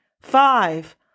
Five